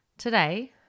Today